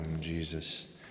Jesus